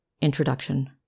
Introduction